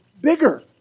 bigger